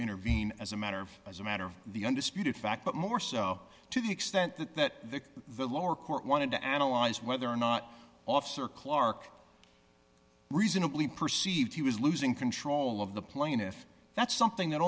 intervene as a matter of as a matter of the undisputed fact but more so to the extent that the lower court wanted to analyze whether or not officer clark reasonably perceived he was losing control of the plane if that's something that